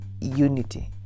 unity